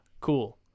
cool